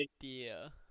idea